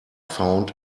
found